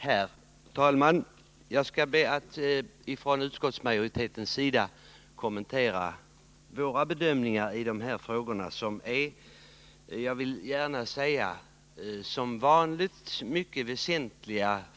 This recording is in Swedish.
Herr talman! Jag skall som talesman för utskottsmajoriteten kommentera frågorna om miljöoch naturvård, som är mycket väsentliga.